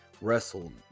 wrestled